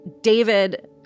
David